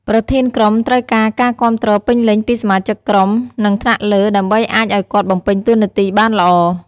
ប្រធានក្រុមត្រូវការការគាំទ្រពេញលេញពីសមាជិកក្រុម និងថ្នាក់លើ ដើម្បីអាចឱ្យគាត់បំពេញតួនាទីបានល្អ។